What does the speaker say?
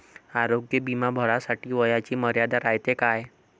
आरोग्य बिमा भरासाठी वयाची मर्यादा रायते काय?